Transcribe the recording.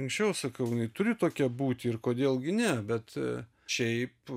anksčiau sakiau jinai turi tokia būti ir kodėl gi ne bet šiaip